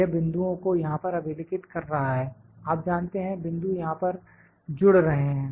यह बिंदुओं को यहां पर अभिलिखित कर रहा है आप जानते हैं बिंदु यहां पर जुड़ रहे हैं